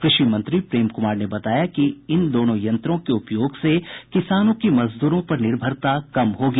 कृषि मंत्री प्रेम कुमार बताया कि इन दोनों यंत्रों के उपयोग से किसानों की मजदूरों पर निर्भरता कम होगी